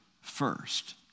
First